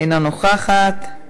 אינה נוכחת,